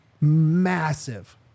massive